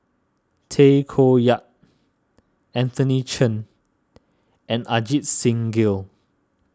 Tay Koh Yat Anthony Chen and Ajit Singh Gill